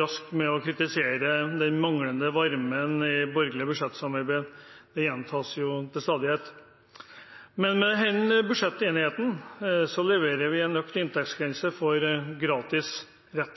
rask med å kritisere den manglende varmen i borgerlig budsjettsamarbeid. Det gjentas til stadighet. Men med denne budsjettenigheten leverer vi en økt inntektsgrense for rett